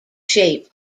shape